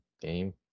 game